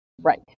Right